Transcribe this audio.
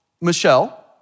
Michelle